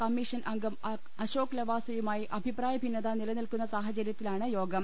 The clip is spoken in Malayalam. കമ്മീഷൻ അംഗം അശോക് ലവാസയുമായി അഭിപ്രായ ഭിന്നത നിലനിൽക്കുന്ന സാഹചര്യത്തിലാണ് യോഗം